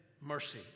mercy